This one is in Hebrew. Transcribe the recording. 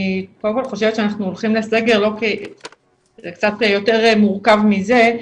אני חושבת שאנחנו הולכים לסגר זה קצת יותר מורכב מזה.